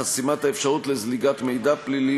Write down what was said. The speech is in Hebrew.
חסימת האפשרות לזליגת מידע פלילי,